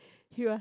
he was